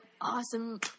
awesome